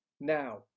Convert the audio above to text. Now